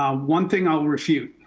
ah one thing i'll refute,